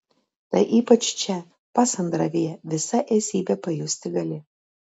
tą ypač čia pasandravyje visa esybe pajusti gali